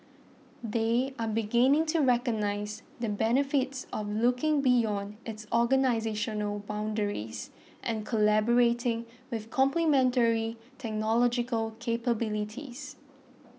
they are beginning to recognise the benefits of looking beyond its organisational boundaries and collaborating with complementary technological capabilities